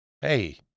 Hey